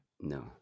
No